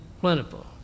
plentiful